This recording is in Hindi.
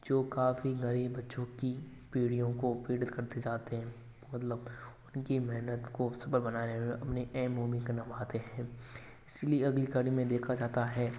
जो काफी गरीब बच्चों की पीढ़ियों को प्रेरित करते जाते हैं मतलब उनकी मेहनत को सफल बनाने में अपनी अहम भूमिका निभाते हैं इसलिए अगली कड़ी में देखा जाता है